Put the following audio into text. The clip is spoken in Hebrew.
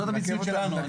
זאת המציאות שלנו.